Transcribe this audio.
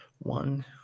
One